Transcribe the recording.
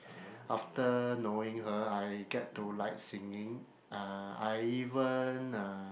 after knowing her I get to like singing (uh)I even uh